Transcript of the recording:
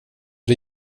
det